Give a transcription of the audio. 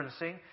referencing